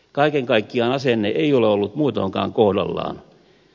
kaiken kaikkiaan asenne ei ole ollut muutoinkaan kohdallaan